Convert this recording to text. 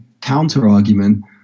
counter-argument